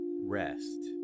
rest